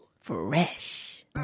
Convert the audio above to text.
Fresh